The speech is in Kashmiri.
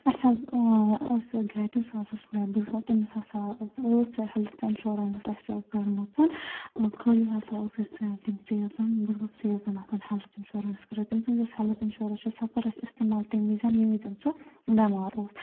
اَسہِ حظ ٲسۍ سُہ گٹہِ سُہ حظ اوس مےٚ برٛونٛہہ تٔمِس ہسا ٲس سۅ ہیٚلِتھ اِنشورَنٕس آسہِ ہے کٔرمٕژ خٲلی ہسا ٲس اَسہِ سیپ ٹم تٔمسٕے آسان برٛونٛہہ سُہ اوس یژھان دپان ہیٚلتھ اِنشورَنس کٔرِتھ تٔمۍ سٕنٛز یۄس ہیلتھ اِنشورَنس چھِ سۄ کٔر اَسہِ اِستعمال تَمہِ وِز ییٚمہِ وِزِ سۄ بیمار اوس